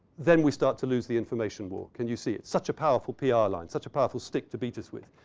then we start to lose the information war. can you see? it's such a powerful pr line. such a powerful stick to beat us with.